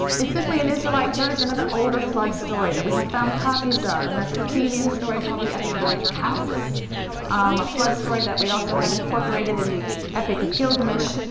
is simply an israelite version of an older flood story that we have found copies of a mesopotamian story called the epic of atrahasis a flood story that we also have incorporated in the epic of gilgamesh.